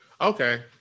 Okay